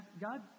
God